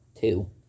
Two